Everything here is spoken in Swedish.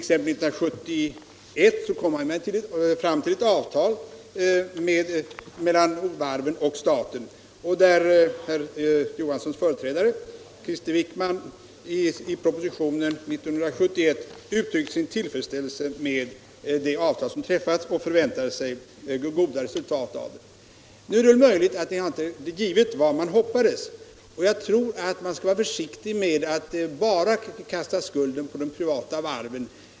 1971 kom man t.o.m. fram till ett avtal mellan varven och staten. Herr Johanssons företrädare, Krister Wickman, uttryckte i propositionen sin tillfredsställelse över det avtal som träffats och förväntade sig goda resultat av det. Det är naturligt att detta var vad man hoppades. Jag tror att man skall vara försiktig med att bara kasta skulden på de privata varven.